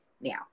now